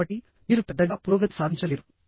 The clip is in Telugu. కాబట్టి మీరు పెద్దగా పురోగతి సాధించలేరు